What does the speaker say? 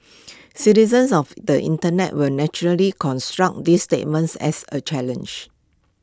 citizens of the Internet will naturally construe this statement as A challenge